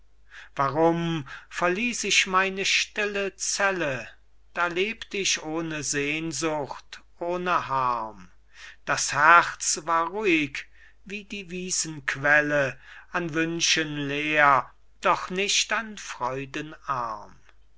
warum verließ ich meine stille zelle da lebt ich ohne sehnsucht ohne harm das herz war ruhig wie die wiesenquelle an wünschen leer doch nicht an